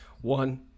one